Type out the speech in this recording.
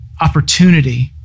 opportunity